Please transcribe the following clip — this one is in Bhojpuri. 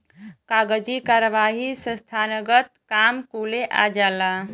कागजी कारवाही संस्थानगत काम कुले आ जाला